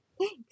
Thanks